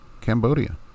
Cambodia